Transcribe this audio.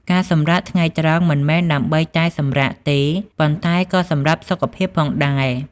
ការសម្រាកថ្ងៃត្រង់មិនមែនដើម្បីតែសម្រាកទេ ប៉ុន្តែក៏សម្រាប់សុខភាពផងដែរ។